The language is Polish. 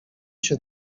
się